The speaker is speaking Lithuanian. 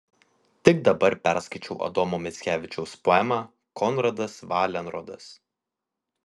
tik dabar perskaičiau adomo mickevičiaus poemą konradas valenrodas